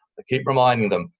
keep reminding them,